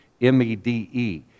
M-E-D-E